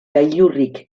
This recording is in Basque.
gailurrik